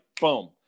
boom